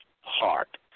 heart